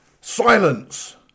Silence